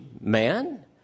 man